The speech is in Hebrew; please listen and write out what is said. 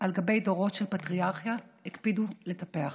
על גבי דורות של פטריארכיה הקפידו לטפח.